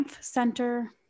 Center